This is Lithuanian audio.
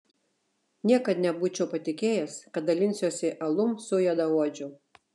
niekad nebūčiau patikėjęs kad dalinsiuosi alum su juodaodžiu